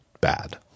bad